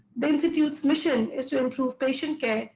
the institute's mission is to improve patient care,